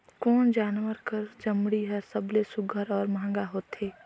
कोन जानवर कर चमड़ी हर सबले सुघ्घर और महंगा होथे?